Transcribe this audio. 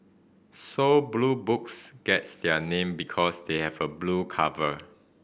so Blue Books gets their name because they have a blue cover